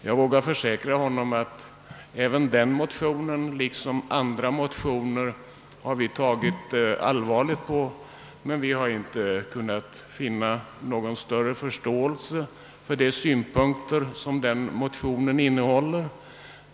Jag vågar försäkra honom att vi tagit allvarligt på den liksom på andra motioner, men vi har inte kunnat förstå riktigheten av de synpunkter som motionen innehåller.